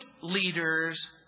leaders